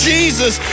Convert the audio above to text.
Jesus